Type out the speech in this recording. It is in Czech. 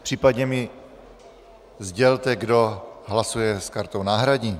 Případně mi sdělte, kdo hlasuje s kartou náhradní.